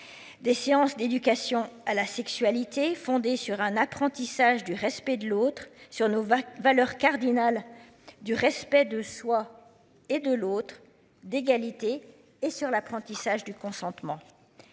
Des séances d'éducation à la sexualité fondée sur un apprentissage du respect de l'autre sur Novak valeur cardinale du respect de soi et de l'autre, d'égalité et sur l'apprentissage du consentement.